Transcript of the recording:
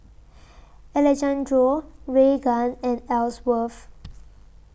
Alejandro Raegan and Elsworth